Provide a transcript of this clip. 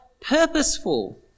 purposeful